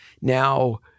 Now